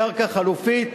קרקע חלופית,